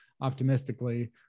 optimistically